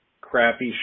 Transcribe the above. crappy